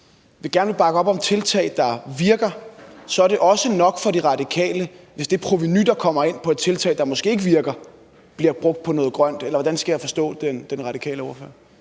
når man gerne vil bakke op om tiltag, der virker, så er det også nok for De Radikale, hvis det provenu, der kommer ind på et tiltag, der måske ikke virker, bliver brugt på noget grønt? Eller hvordan skal jeg forstå den radikale ordfører?